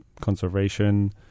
conservation